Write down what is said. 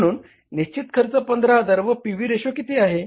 म्हणून निश्चित खर्च 15000 व पी व्ही रेशो किती आहे